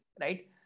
right